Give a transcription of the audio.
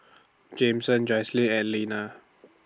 Jameson Joycelyn and Linna